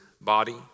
body